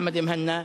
אחמד מוהנא.